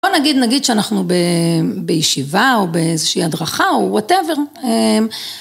בוא נגיד, נגיד שאנחנו בישיבה, או באיזושהי הדרכה, או וואטאבר.